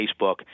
Facebook